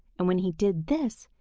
and when he did this,